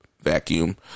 vacuum